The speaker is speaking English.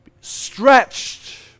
Stretched